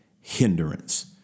hindrance